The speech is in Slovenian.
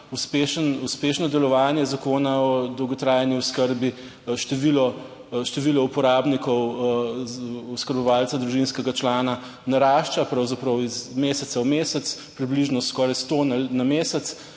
uspešno delovanje Zakona o dolgotrajni oskrbi. Število, število uporabnikov za oskrbovalca družinskega člana narašča pravzaprav iz meseca v mesec, približno skoraj sto na mesec,